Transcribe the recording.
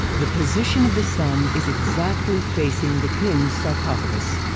the position of the sun is exactly facing the king's sarcophagus.